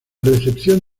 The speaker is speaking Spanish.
recepción